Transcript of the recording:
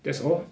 that's all